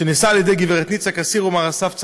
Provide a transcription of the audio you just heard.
שנעשה על ידי גברת ניצה קסיר ומר אסף צחור-שי.